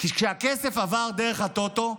כי כשהכסף עבר דרך הטוטו,